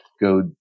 go